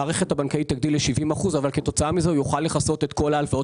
הבנקאית תגדיל לו את זה ל-70% כך שהוא יוכל לכסות את כל ההלוואות